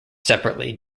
separately